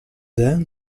then